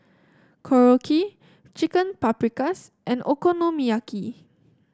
Korokke Chicken Paprikas and Okonomiyaki